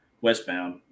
westbound